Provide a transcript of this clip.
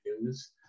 news